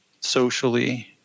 socially